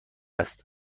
است